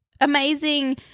amazing –